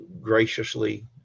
graciously